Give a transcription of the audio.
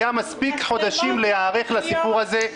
היו מספיק חודשים להיערך לנושא הזה.